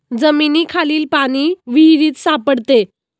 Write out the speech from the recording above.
जमिनीखालील पाणी विहिरीत सापडते